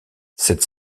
cette